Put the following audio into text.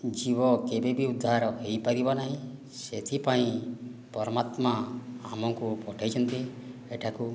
ଜୀବ କେବେବି ଉଦ୍ଧାର ହୋଇପାରିବ ନାହିଁ ସେଥିପାଇଁ ପରମାତ୍ମା ଆମକୁ ପଠାଇଛନ୍ତି ଏଠାକୁ